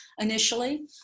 initially